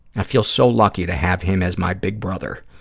i feel so lucky to have him as my big brother.